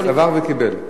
סבר וקיבל.